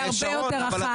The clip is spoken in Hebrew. זה הרבה יותר רחב.